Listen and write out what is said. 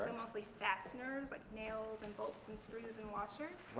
mostly fasteners, like nails, and bolts, and screws, and washers.